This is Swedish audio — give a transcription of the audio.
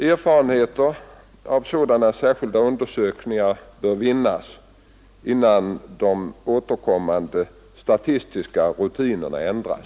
Erfarenheter av sådana särskilda undersökningar bör vinnas, innan de återkommande statistiska rutinerna ändras.